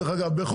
דרך אגב,